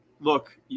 look